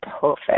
perfect